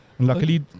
luckily